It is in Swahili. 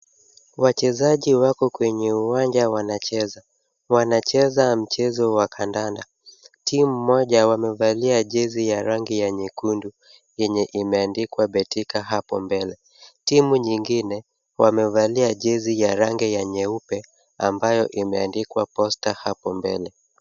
Wachezaji wako kwenye uwanja wanacheza. Wanacheza mchezo wa kandanda. Timu moja wamevalia jezi ya rangi ya nyekundu, yenye imeandikwa Betika hapo mbele. Timu nyingine, wamevalia jezi ya rangi ya nyeupe ambayo imeandikwa Posta hapo mbele.